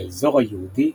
האזור היהודי,